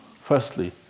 Firstly